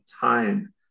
time